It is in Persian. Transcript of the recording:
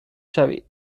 شوید